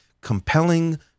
compelling